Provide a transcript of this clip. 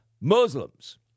Muslims